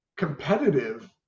competitive